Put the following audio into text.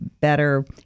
better